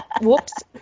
Whoops